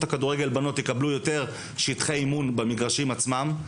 הכדורגל בנות יקבלו יותר שטחי אימון במגרשים עצמם,